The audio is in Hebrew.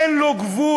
אין לו גבול.